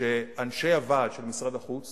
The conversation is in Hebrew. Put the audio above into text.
אנשי הוועד של משרד החוץ